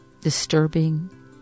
disturbing